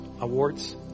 awards